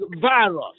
virus